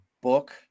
book